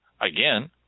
Again